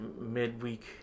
midweek